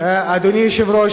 אדוני היושב-ראש,